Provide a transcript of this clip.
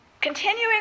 Continuing